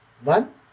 one